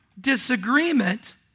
disagreement